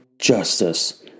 justice